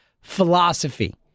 philosophy